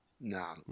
No